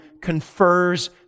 confers